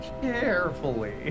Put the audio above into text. carefully